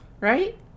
right